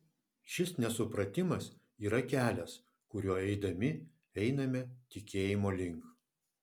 šis nesupratimas yra kelias kuriuo eidami einame tikėjimo link